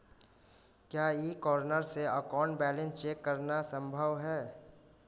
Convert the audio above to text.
क्या e corner से account balance check करना संभव है?